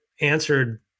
answered